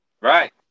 right